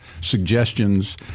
suggestions